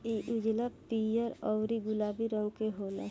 इ उजला, पीयर औरु गुलाबी रंग के होला